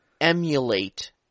emulate